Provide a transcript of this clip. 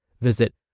Visit